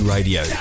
Radio